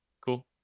cool